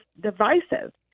divisive